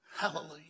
Hallelujah